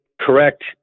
correct